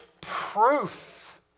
proof